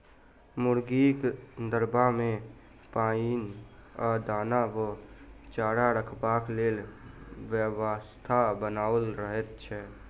मुर्गीक दरबा मे पाइन आ दाना वा चारा रखबाक लेल व्यवस्था बनाओल रहैत छै